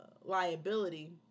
liability